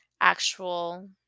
actual